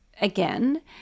again